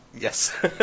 Yes